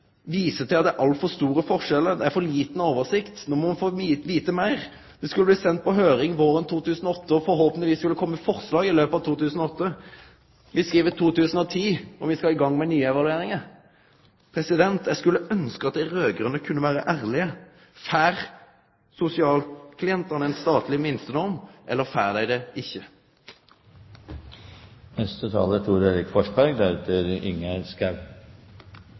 til at det var altfor store forskjellar, at det var for lita oversikt, at me no måtte få vite meir, at det skulle bli sendt på høyring våren 2008, og at forhåpentlegvis skulle det kome forslag i løpet av 2008. Me skriv no 2010, og me skal i gang med nye evalueringar. Eg skulle ønskje at dei raud-grøne kunne vere ærlege. Får sosialklientane ein statleg minstenorm, eller får dei det